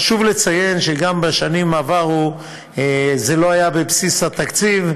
חשוב לציין שגם בשנים עברו זה לא היה בבסיס התקציב,